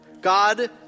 God